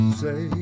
say